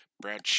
Brad